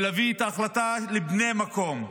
ולהביא את ההחלטה לבני המקום.